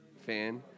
fan